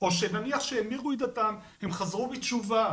או שנניח המירו את דתם, הם חזרו בתשובה,